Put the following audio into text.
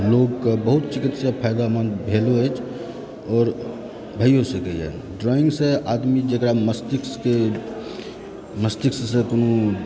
लोककेँ बहुत फायदामंद भेलो अछि आओर भइयो सकैए ड्राइंगसँ आदमी जेकरा मष्तिष्कके मष्तिष्कसँ कोनो